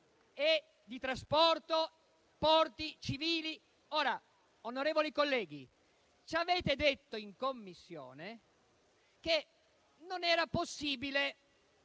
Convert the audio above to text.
di trasporto, porti e quant'altro. Onorevoli colleghi, ci avete detto in Commissione che non era possibile